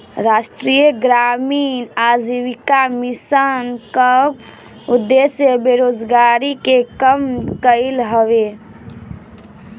राष्ट्रीय ग्रामीण आजीविका मिशन कअ उद्देश्य बेरोजारी के कम कईल हवे